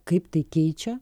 kaip tai keičia